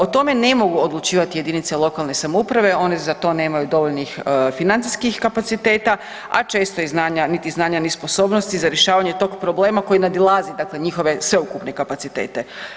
O tome ne mogu odlučivati jedinice lokalne samouprave, one za to nemaju dovoljnih financijskih kapaciteta, a često niti znanja, niti sposobnosti za rješavanje tog problema koje nadilazi njihove sveukupne kapacitete.